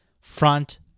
front